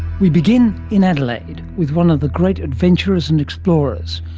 we begin in adelaide, with one of the great adventurers and explorers.